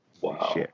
Wow